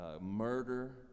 murder